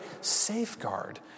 safeguard